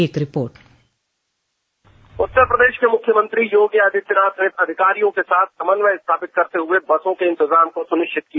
एक रिपोर्ट उत्तर प्रदेश के मुख्यमंत्री योगी आदित्यनाथ ने अधिकारियों के साथ समन्वय स्थापित करते हुए बसों के इंतजाम को सुनिश्चित किया